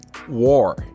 war